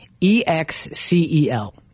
E-X-C-E-L